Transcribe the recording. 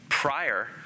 prior